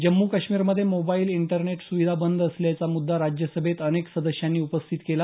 जम्मू काश्मीरमध्ये mobile internet सुविधा बंद असल्याचा मुद्दा राज्यसभेत अनेक सदस्यांनी उपस्थित केला